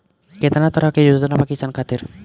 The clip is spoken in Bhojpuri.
केतना तरह के योजना बा किसान खातिर?